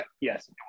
Yes